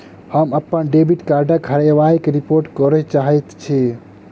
हम अप्पन डेबिट कार्डक हेराबयक रिपोर्ट करय चाहइत छि